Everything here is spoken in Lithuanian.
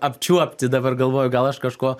apčiuopti dabar galvoju gal aš kažko